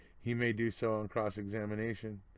he may do so on cross-examination.